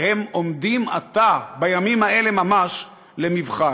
והן עומדות עתה, בימים האלה ממש, למבחן.